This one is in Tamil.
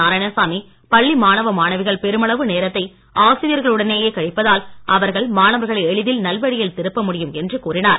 நாராயணசாமி பள்ளி மாணவ மாணவிகள் பெருமளவு நேரத்தை ஆசிரியர்களுடனேயே கழிப்பதால் அவர்கள் மாணவர்களை எளிதில் நல்வழியில் திருப்ப முடியும் என்று கூறினார்